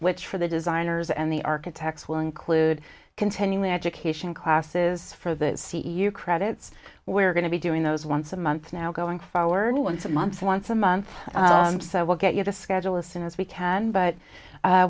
which for the design enters and the architect's will include continuing education classes for the credits we're going to be doing those once a month now going forward once a month or once a month so we'll get you the schedule as soon as we can but